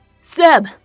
Seb